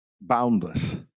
Boundless